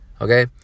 Okay